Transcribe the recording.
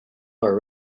are